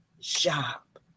shop